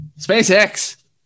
SpaceX